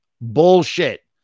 bullshit